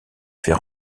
fait